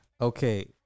okay